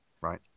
Right